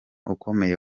ukomeye